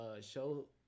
Show